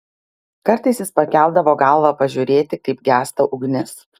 kartais jis pakeldavo galvą pažiūrėti kaip gęsta ugnis